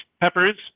peppers